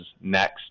next